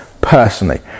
personally